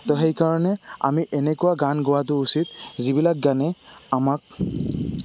তো সেইকাৰণে আমি এনেকুৱা গান গোৱাটো উচিত যিবিলাক গানে আমাক